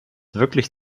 wirklich